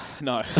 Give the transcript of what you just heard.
No